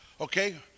okay